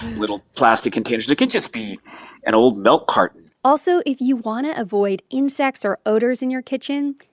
little plastic containers. it can just be an old milk carton also, if you want to avoid insects or odors in your kitchen,